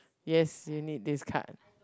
yes seen it this card